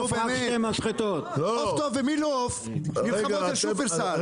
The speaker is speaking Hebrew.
עוף טוב ומילועוף נלחמות על שופרסל.